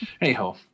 anyhow